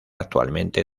actualmente